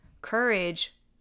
Courage